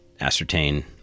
ascertain